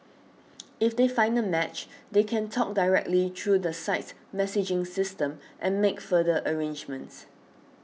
if they find a match they can talk directly through the site's messaging system and make further arrangements